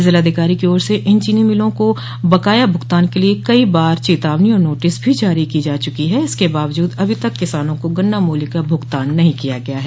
जिलाधिकारी की ओर से इन चीनी मिलों को बकाया भुगतान के लिए कई बार चेतावनी और नोटिस भी जारी की जा चुकी है इसके बावजूद अभी तक किसानों का गन्ना मूल्य का भुगतान नहीं किया गया है